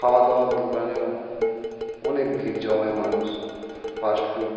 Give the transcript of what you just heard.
খাওয়া দাওয়ার দোকানেও অনেক ভিড় জমায় মানুষ ফাস্ট ফুড